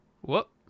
Whoop